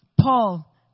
Paul